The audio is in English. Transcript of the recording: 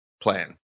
plan